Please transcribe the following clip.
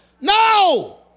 No